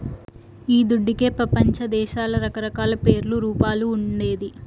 ఈ దుడ్డుకే పెపంచదేశాల్ల రకరకాల పేర్లు, రూపాలు ఉండేది